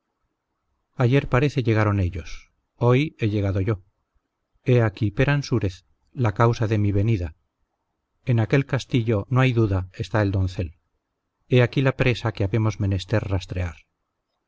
ayer parece llegaron ellos hoy he llegado yo he aquí peransúrez la causa de mi venida en aquel castillo no hay duda está el doncel he aquí la presa que habemos menester rastrear